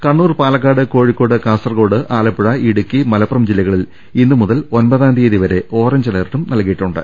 കണ്ണൂർ പാലക്കാട് കോഴിക്കോട് കാസർകോട് ആലപ്പുഴ ഇടുക്കി മലപ്പുറം ജില്ലകളിൽ ഇന്ന് മുതൽ ഒൻപതാം തീയതി വരെ ഓറഞ്ച് അലർട്ടും നൽകിയിട്ടുണ്ട്